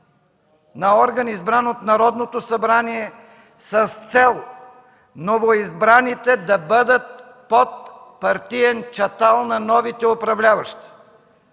на орган, избран от Народното събрание, с цел новоизбраните да бъдат под партиен чатал на новите управляващи.